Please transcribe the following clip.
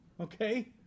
Okay